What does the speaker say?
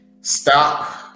Stop